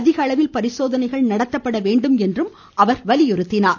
அதிகளவில் பரிசோதனைகள் நடத்தப்பட வேண்டும் என்றும் அவர் வலியுறுத்தினார்